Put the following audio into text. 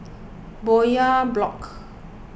Bowyer Block